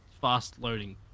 fast-loading